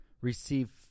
Receive